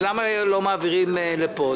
אז למה לא מעבירים לפה?